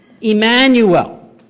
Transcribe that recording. Emmanuel